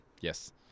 yes